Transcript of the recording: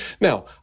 Now